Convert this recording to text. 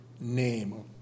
name